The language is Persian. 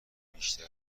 بیشتر